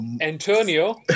Antonio